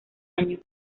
año